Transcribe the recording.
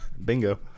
Bingo